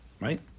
Right